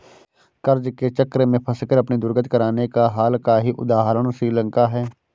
कर्ज के चक्र में फंसकर अपनी दुर्गति कराने का हाल का ही उदाहरण श्रीलंका है